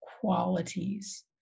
qualities